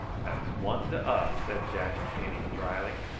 that's one to us, said jack penny drily.